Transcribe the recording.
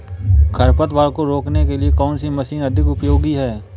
खरपतवार को रोकने के लिए कौन सी मशीन अधिक उपयोगी है?